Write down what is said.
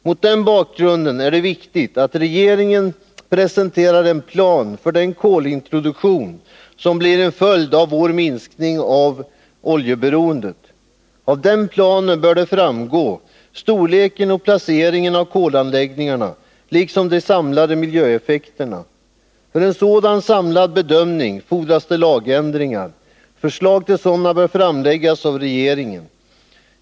Mot den bakgrunden är det viktigt att regeringen presenterar en plan för den kolintroduktion som blir en följd av vår minskning av oljeberoendet. Av denna plan bör storleken och placeringen av kolanläggningarna liksom de samlade miljöeffekterna framgå. För en sådan samlad bedömning fordras det lagändringar. Förslag till sådana bör läggas fram av regeringen.